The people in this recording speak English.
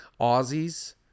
aussies